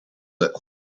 less